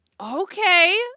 Okay